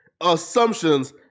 assumptions